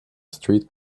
street